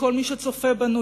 וכל מי שצופה בנו,